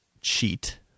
cheat